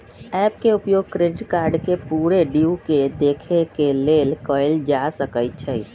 app के उपयोग credit card के पूरे ड्यू के देखे के लेल कएल जा सकइ छै